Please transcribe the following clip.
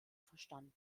verstanden